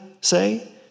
say